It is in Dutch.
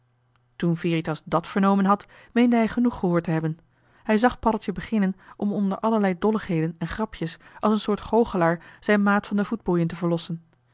toen veritas dat vernomen had meende hij genoeg gehoord te hebben hij zag paddeltje beginnen om onder allerlei dolligheden en grapjes als een soort goochelaar zijn maat van de voetboeien te verlossen